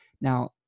Now